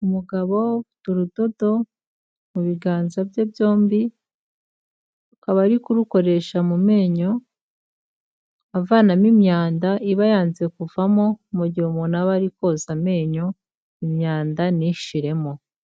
Umugabo ufite urudodo mu biganza bye byombi, akaba ari kurukoresha mu menyo, avanamo imyanda iba yanze kuvamo, mu gihe umuntu aba ari koza amenyo, imyanda ntishiremo.